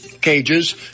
cages